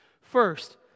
First